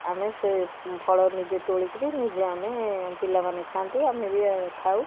ଆମେ ସେ ଫଳ ନିଜେ ତୋଳିକିରି ନିଜେ ଆମେ ପିଲାମାନେ ଖାଆନ୍ତି ଆମେ ବି ଖାଉ